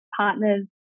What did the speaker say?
partners